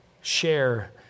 share